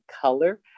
color